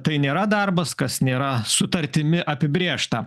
tai nėra darbas kas nėra sutartimi apibrėžta